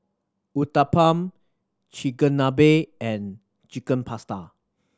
Uthapam Chigenabe and Chicken Pasta